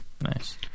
Nice